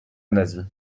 nasie